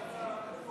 חברת הכנסת